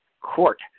court